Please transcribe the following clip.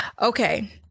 Okay